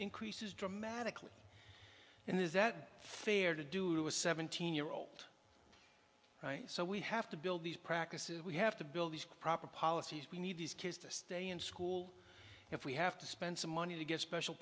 increases dramatically and there's that fear to do a seventeen year old right so we have to build these practices we have to build these proper policies we need these kids to stay in school if we have to spend some money to get special